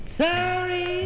sorry